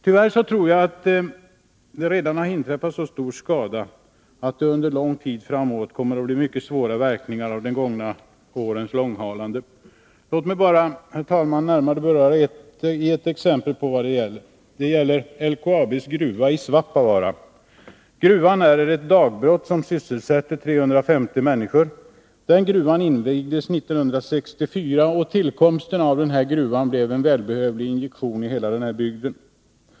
Tyvärr tror jag att det redan har skett så stor skada att det under lång tid framöver kommer att bli mycket svåra verkningar av de gångna årens långhalande. Låt mig, herr talman, ge ett exempel på vad jag menar. Det gäller LKAB:s gruva i Svappavaara. Gruvan är ett dagbrott, som sysselsätter 350 människor. Den invigdes 1964, och tillkomsten av den blev en välbehövlig injektion i hela denna bygd.